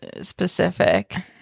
specific